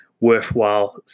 worthwhile